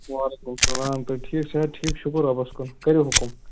وعلیکُم سَلام تہٕ ٹھیٖک صحت ٹھیٖک شُکُر رۅبس کُن کٔرِو حُکُم